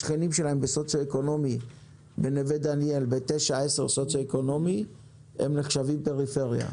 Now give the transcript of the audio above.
השכנים שלהם במעמד סוציו-אקונומי 9 10 בנווה דניאל נחשבים פריפריה,